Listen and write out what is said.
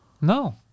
No